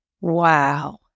Wow